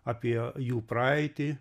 apie jų praeitį